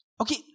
Okay